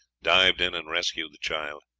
dived in and rescued the child.